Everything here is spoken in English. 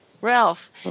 Ralph